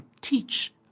teach